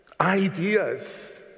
ideas